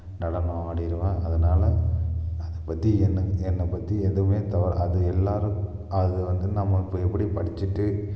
நடனம் ஆடிடுவேன் அதனால் அதைப் பற்றி என்னை என்னைப் பற்றி எதுவுமே தவறாக அது எல்லாேரும் அது வந்து நம்ம இப்போ எப்படி படிச்சுட்டு